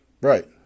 Right